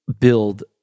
build